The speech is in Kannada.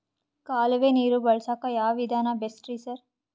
ಕಾಲುವೆ ನೀರು ಬಳಸಕ್ಕ್ ಯಾವ್ ವಿಧಾನ ಬೆಸ್ಟ್ ರಿ ಸರ್?